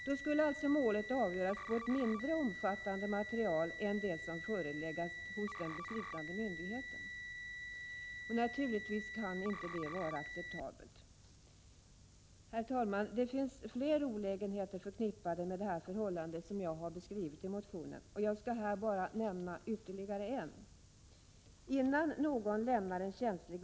Då skulle alltså målet avgöras på ett mindre omfattande material än det som förelegat hos den beslutande myndigheten. Naturligtvis kan detta inte vara acceptabelt. Herr talman! Det finns fler olägenheter förknippade med det förhållande som jag har beskrivit i motionen, och jag skall här nämna bara ytterligare en.